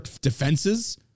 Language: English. defenses